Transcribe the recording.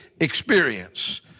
experience